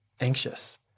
anxious